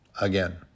Again